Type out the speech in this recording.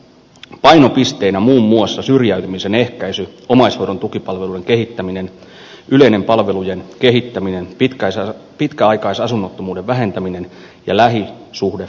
painopisteinä muun muassa syrjäytymisen ehkäisy omaishoidon tukipalveluiden kehittäminen yleinen palvelujen kehittäminen pitkäaikaisasunnottomuuden vähentäminen ja lähisuhdeväkivallan ehkäisy